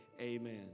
amen